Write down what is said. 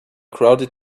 crowded